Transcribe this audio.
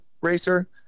racer